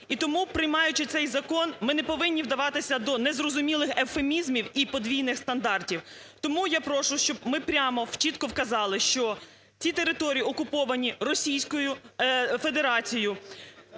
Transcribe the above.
І тому приймаючи цей закон ми не повинні вдаватися до незрозумілих евфемізмів і подвійних стандартів. Тому я прошу, щоб ми прямо чітко вказали, що ці території окуповані Російською Федерацією,